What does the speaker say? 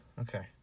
Okay